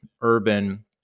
urban